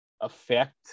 affect